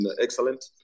excellent